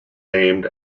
named